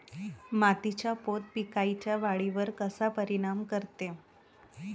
मातीचा पोत पिकाईच्या वाढीवर कसा परिनाम करते?